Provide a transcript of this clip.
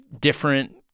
different